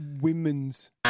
Women's